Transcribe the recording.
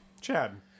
Chad